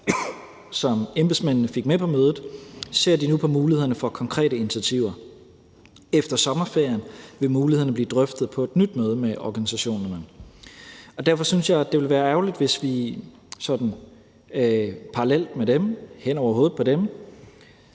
som embedsmændene fik med på mødet, ser de nu på mulighederne for konkrete initiativer. Efter sommerferien vil mulighederne blive drøftet på et nyt møde med organisationerne. Og derfor synes jeg, det ville være ærgerligt, hvis vi sådan parallelt med dem, eller hen over hovedet på de